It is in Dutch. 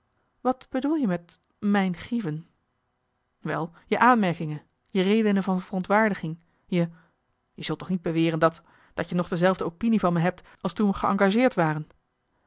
wat bedoel je met mijn grieven wel je aanmerkingen je redenen van verontwaardiging je je zult toch niet beweren dat dat je nog dezelfde opinie van me hebt als toen we geëngageerd waren